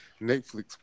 Netflix